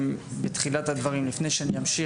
בתחילת הדברים אני רוצה להגיד,